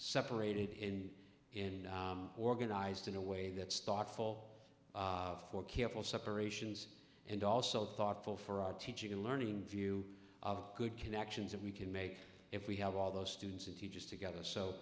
separated in in organized in a way that stock fall for careful separations and also thoughtful for our teaching and learning view of good connections that we can make if we have all those students and teachers together so